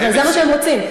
אבל זה מה שהם רוצים.